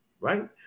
right